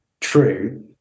true